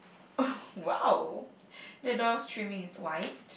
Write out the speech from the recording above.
the door's trimming is white